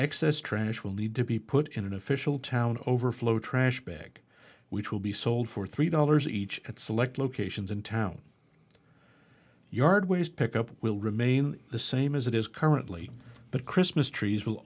excess trash will need to be put in an official town overflow trash bag which will be sold for three dollars each at select locations in town yard waste pickup will remain the same as it is currently but christmas trees will